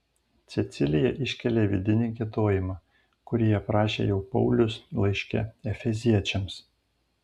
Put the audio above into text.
cecilija iškelia vidinį giedojimą kurį aprašė jau paulius laiške efeziečiams